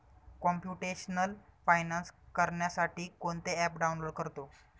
computational finance करण्यासाठी कोणते app download करतो